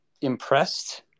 impressed